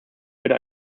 würde